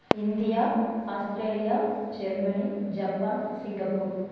India Australia Germany Japan Singapore